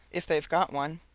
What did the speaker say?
if they've got one,